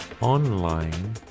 online